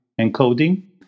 encoding